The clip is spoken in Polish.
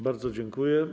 Bardzo dziękuję.